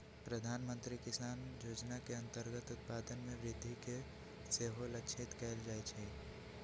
प्रधानमंत्री किसान जोजना के अंतर्गत उत्पादन में वृद्धि के सेहो लक्षित कएल जाइ छै